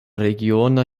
regiona